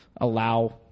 allow